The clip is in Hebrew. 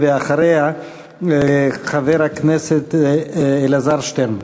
ואחריה, חבר הכנסת אלעזר שטרן.